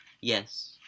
Yes